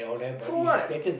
for what